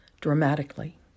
dramatically